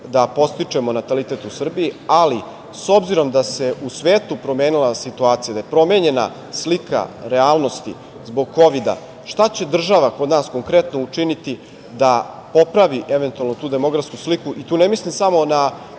da podstičemo natalitet u Srbiji, ali s obzirom da se u svetu promenila situacija, da je promenjena slika realnosti zbog Kovida. Šta će država kod nas konkretno učiniti da popravi eventualno tu demografsku sliku? Tu ne mislim samo na